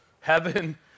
heaven